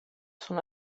són